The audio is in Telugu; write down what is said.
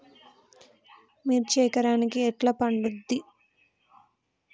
మిర్చి ఎకరానికి ఎట్లా పండుద్ధి?